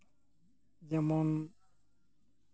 ᱡᱮᱢᱚᱱ